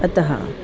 अतः